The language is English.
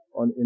on